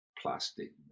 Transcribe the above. plastic